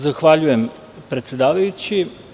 Zahvaljujem predsedavajući.